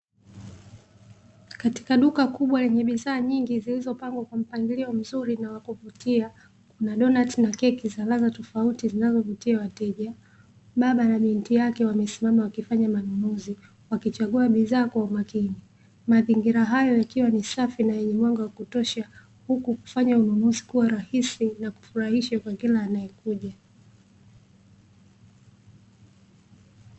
Katika duka kubwa lenye biashara nyingi zilizopangwa kwa mpangilio mzuri na kuvutia, kuna donati na keki za ladha tofauti zinazovutia wateja, baba na binti yake wamesimama wakifanya manunuzi, wakichagua bidhaa kwa umakini, mazingira hayo yakiwa ni safi na yenye mwanga wa kutosha huku wakifanya ununuzi kuwa rahisi kwa kila anayekuja.